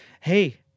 hey